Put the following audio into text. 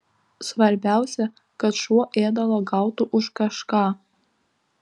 svarbiausia kad šuo ėdalo gautų už kažką